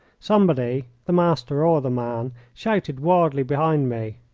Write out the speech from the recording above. somebody, the master or the man, shouted wildly behind me.